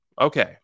okay